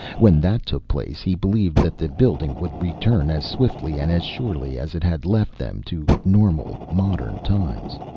when that took place he believed that the building would return as swiftly and as surely as it had left them to normal, modern times.